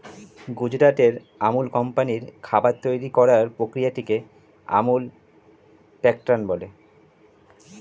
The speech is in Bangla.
গুজরাটের আমুল কোম্পানির খাবার তৈরি করার প্রক্রিয়াটিকে আমুল প্যাটার্ন বলে